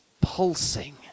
pulsing